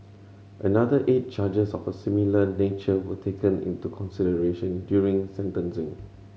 another eight charges of a similar nature were taken into consideration during sentencing